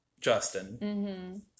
Justin